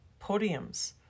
podiums